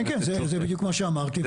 כן, זה בדיוק מה שאמרתי.